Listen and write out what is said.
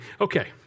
okay